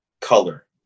Color